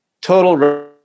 Total